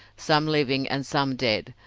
some living and some dead,